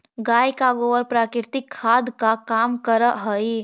गाय का गोबर प्राकृतिक खाद का काम करअ हई